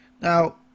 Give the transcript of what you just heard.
now